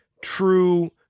true